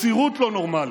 מסירות לא נורמלית,